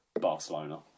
Barcelona